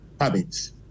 habits